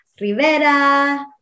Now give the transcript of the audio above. Rivera